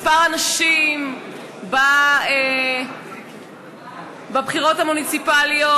מספר הנשים שנבחרות בבחירות המוניציפליות